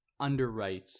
underwrites